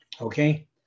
Okay